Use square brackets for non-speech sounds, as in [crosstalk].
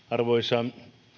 [unintelligible] arvoisa